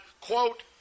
quote